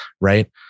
right